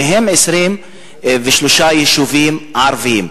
מתוכם 23 יישובים ערביים,